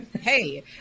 hey